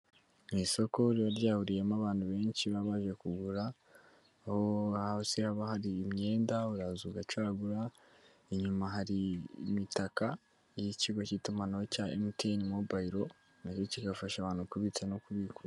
Mu isoko riba ryahuriyemo abantu benshi baba baje kugura, aho hasi haba hari imyenda, uraza ugacaragura, inyuma hari imitaka y'ikigo cy'itumanaho cya MTN mobile nacyo kigafasha abantu kubitsa no kubikura.